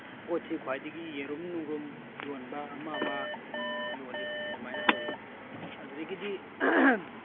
ꯄꯣꯠꯁꯤ ꯈ꯭ꯋꯥꯏꯗꯒꯤ ꯌꯦꯔꯨꯝ ꯅꯨꯡꯔꯨꯝ ꯌꯣꯟꯕ ꯑꯃ ꯑꯃ ꯌꯣꯜꯂꯤ ꯑꯗꯨꯃꯥꯏꯅ ꯇꯧꯋꯤ ꯑꯗꯨꯗꯒꯤꯗꯤ